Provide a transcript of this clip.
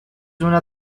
una